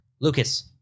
Lucas